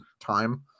time